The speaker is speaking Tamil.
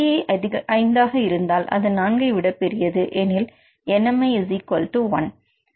Nci ஐந்தாக இருந்தால் அது நான்கை விட பெரியது எனில் nmi1